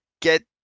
get